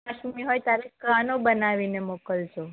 કશું બી હોય ત્યારે કાનો બનાવીને મોકલજો